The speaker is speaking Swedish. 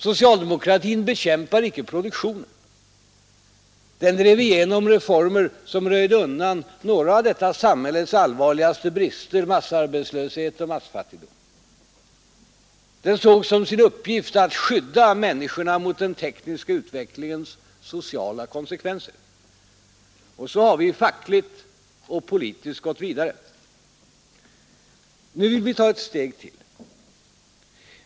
Socialdemokratin bekämpade inte produktionen; den drev igenom reformer som röjde undan några av detta samhälles allvarligaste brister — massarbetslöshet och massfattigdom. Den såg som sin uppgift att skydda människorna mot den tekniska utvecklingens sociala konsekvenser. Så har vi, fackligt och politiskt, gått vidare. Nu vill vi ta ett steg till.